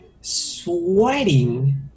sweating